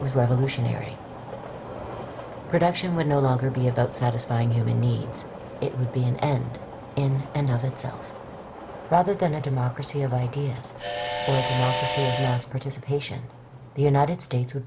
would no longer be about satisfying human needs it would be an end in and of itself rather than a democracy of a d s participation the united states would